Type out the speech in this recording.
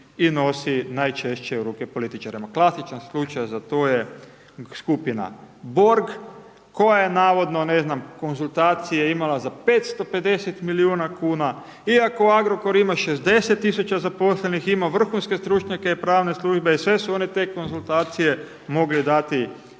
i nosi najčešće u ruke političarima. Klasičan slučaj za to je skupina borg, koja je navodno ne znam konzultacije imala za 550 milijuna kuna iako Agrokor ima 60 tisuća zaposlenih, ima vrhunske stručnjake i pravne službe i sve su one te konzultacije mogle dati